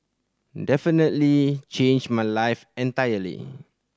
definitely changed my life entirely